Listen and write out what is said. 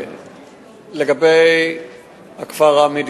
לגבי הכפר ראמה,